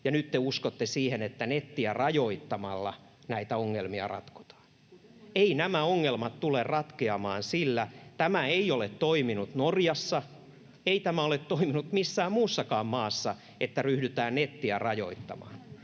ja nyt te uskotte siihen, että nettiä rajoittamalla näitä ongelmia ratkotaan. [Heli Järvisen välihuuto] Eivät nämä ongelmat tule ratkeamaan sillä. Tämä ei ole toiminut Norjassa, ei tämä ole toiminut missään muussakaan maassa, että ryhdytään nettiä rajoittamaan,